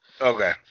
Okay